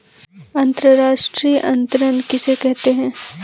अंतर्राष्ट्रीय अंतरण किसे कहते हैं?